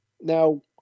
Now